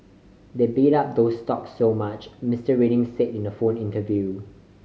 they bid up these stocks so much Mister Reading said in a phone interview